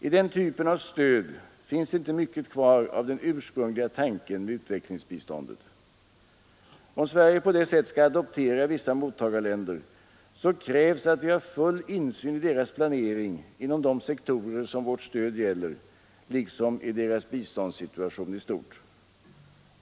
I den typen av stöd finns inte mycket kvar av den ursprungliga tanken med utvecklingsbiståndet. Om Sverige på det sättet skall ”adoptera” vissa mottagarländer, så krävs att vi har full insyn i deras planering inom de sektorer som vårt stöd gäller, liksom i deras biståndssituation i stort.